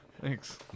Thanks